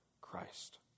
Christ